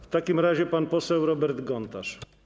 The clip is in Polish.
W takim razie pan poseł Robert Gontarz.